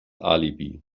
alibi